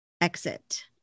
exit